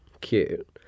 cute